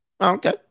Okay